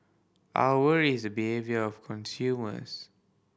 our worry is behaviour of consumers